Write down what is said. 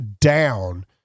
down